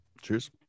Cheers